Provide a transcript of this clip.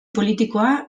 politikoa